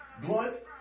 Blood